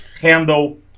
handle